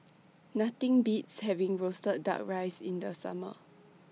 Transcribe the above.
Nothing Beats having Roasted Duck Rice in The Summer